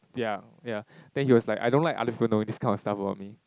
ya ya then he was like I don't like other people knowing this kind of stuff about me